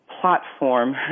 platform